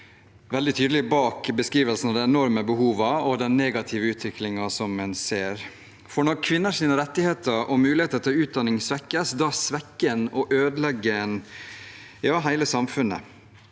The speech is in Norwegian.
veldig tydelig bak beskrivelsene av de enorme behovene og den negative utviklingen en ser. Når kvinners rettigheter og muligheter til utdanning svekkes, svekker og ødelegger en hele samfunnet.